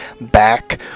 back